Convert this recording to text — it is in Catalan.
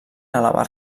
elevar